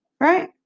Right